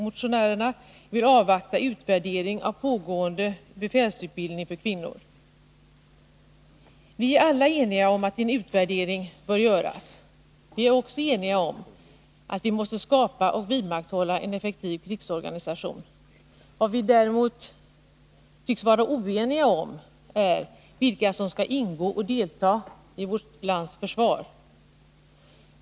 Motionärerna vill avvakta utvärdering av pågående befälsutbildning för kvinnor. Vi är alla eniga om att en utvärdering bör göras. Vi är också eniga om att vi måste skapa och vidmakthålla en effektiv krigsorganisation. Vad vi däremot tycks vara oeniga om är vilka som skall ingå och delta i vårt lands försvar.